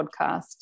podcast